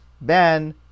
Ben